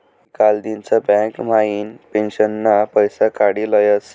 मी कालदिनच बँक म्हाइन पेंशनना पैसा काडी लयस